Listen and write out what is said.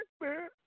man